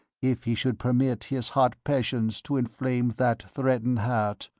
if he should permit his hot passions to inflame that threatened heart.